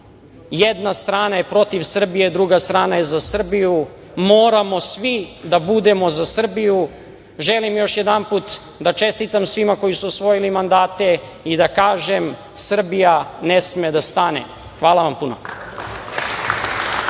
jedna strana je protiv Srbije, druga strana je za Srbiju, moramo svi da budemo za Srbiju. Želim još jedanput da čestitam svima koji su usvojili mandate i kažem – Srbija ne sme da stane. Hvala vam puno.